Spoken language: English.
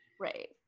Right